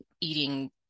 eating